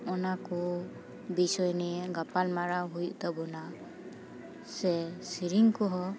ᱚᱱᱟ ᱠᱚ ᱵᱤᱥᱚᱭ ᱱᱤᱭᱮ ᱜᱟᱯᱟᱞ ᱢᱟᱨᱟᱣ ᱦᱩᱭᱩᱜ ᱛᱟᱵᱚᱱᱟ ᱥᱮ ᱥᱮᱨᱮᱧ ᱠᱚᱦᱚᱸ